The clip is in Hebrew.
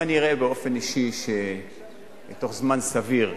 אם אני אראה באופן אישי שבתוך זמן סביר,